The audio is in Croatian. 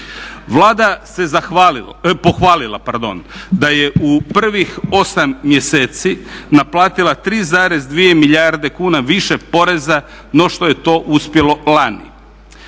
Vlada se pohvalila da je u prvih 8 mjeseci naplatila 3,2 milijarde kuna više poreza no što je to uspjelo lani